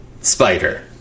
spider